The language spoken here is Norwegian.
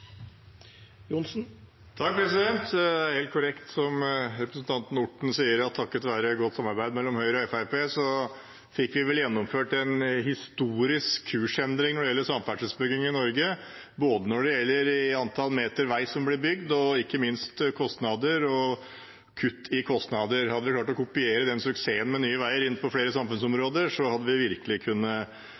Det er helt korrekt som representanten Orten sier, at takket være godt samarbeid mellom Høyre og Fremskrittspartiet fikk vi gjennomført en historisk kursendring i samferdselsbyggingen i Norge, både i antall meter vei som blir bygd, og ikke minst i kostnader og kutt i kostnader. Hadde vi klart å kopiere den suksessen med Nye Veier på flere samfunnsområder, hadde vi virkelig